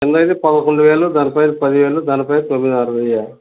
కిందయితే పదకొండు వేలు దాని పైన పది వేలు దాని పైన తొమ్మిదిన్నర వెయ్య